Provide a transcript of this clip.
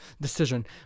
decision